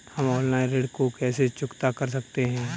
हम ऑनलाइन ऋण को कैसे चुकता कर सकते हैं?